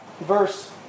verse